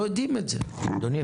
אדוני,